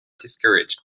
discouraged